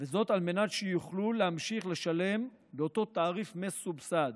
על מנת שיוכלו להמשיך לשלם באותו תעריף מסובסד.